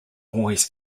always